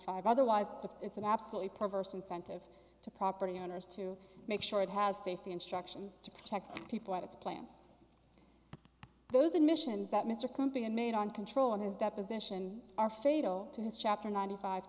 five otherwise it's a it's an absolutely perverse incentive to property owners to make sure it has safety instructions to protect people at its plants those admissions that mr company made on control in his deposition are fatal to his chapter ninety five